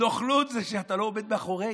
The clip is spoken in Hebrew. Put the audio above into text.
נוכלות זה שאתה לא עומד מאחורי